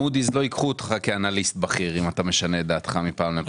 Moody's לא ייקחו אותך כאנליסט בכיר אם אתה משנה את דעתך מפעם לפעם.